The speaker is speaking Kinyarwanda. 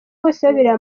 bosebabireba